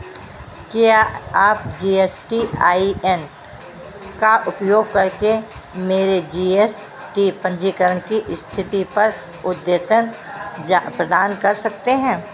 क्या आप G S T I N का उपयोग करके मेरे जी एस टी पंजीकरण की स्थिति पर अद्यतन जा प्रदान कर सकते हैं